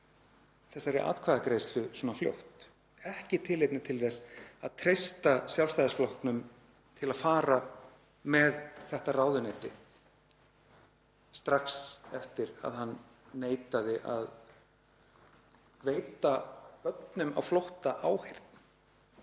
þessari atkvæðagreiðslu svona fljótt, ekki tilefni til þess að treysta Sjálfstæðisflokknum til að fara með þetta ráðuneyti strax eftir að hann neitaði að veita börnum á flótta áheyrn.